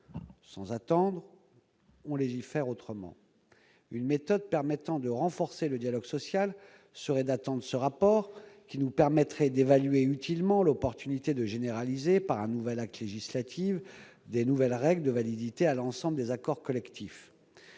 Sans attendre, on légifère à nouveau ! Une méthode permettant de renforcer le dialogue social consisterait à attendre ce rapport, ce qui nous permettrait d'évaluer utilement l'opportunité de généraliser, par un acte législatif, de nouvelles règles de validité pour l'ensemble des accords collectifs.